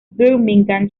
birmingham